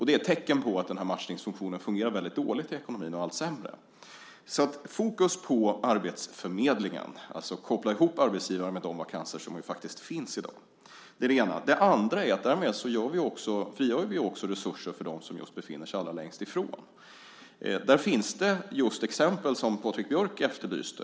Det är ett tecken på att denna matchningsfunktion fungerar väldigt dåligt och allt sämre i ekonomin. Fokus ska alltså vara på arbetsförmedlingen, att koppla ihop arbetstagare med de vakanser som faktiskt finns i dag. Det är det ena. Det andra är att därmed frigör vi också resurser för dem som befinner sig allra längst ifrån. Där finns just sådana exempel som Patrik Björck efterlyste.